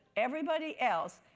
everybody else,